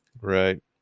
Right